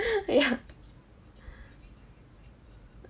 yeah